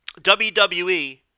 WWE